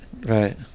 right